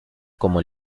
como